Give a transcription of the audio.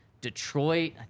Detroit